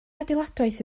adeiladwaith